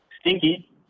Stinky